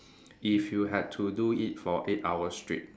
if you have to do it for eight hours straight